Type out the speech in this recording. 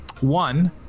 one